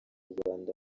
rwanda